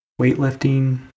weightlifting